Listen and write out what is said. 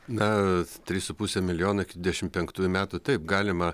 na tris su puse milijono iki dvidešim penktųjų metų taip galima